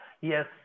Yes